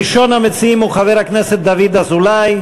ראשון המציעים הוא חבר הכנסת דוד אזולאי,